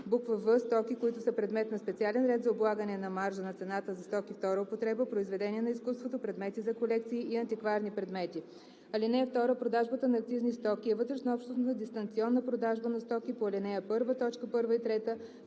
или в) стоки, които са предмет на специален ред за облагане на маржа на цената за стоки втора употреба, произведения на изкуството, предмети за колекции и антикварни предмети. (2) Продажбата на акцизни стоки е вътреобщностна дистанционна продажба на стоки по ал. 1, т.